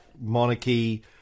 monarchy